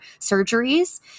surgeries